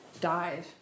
died